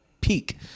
peak